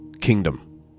kingdom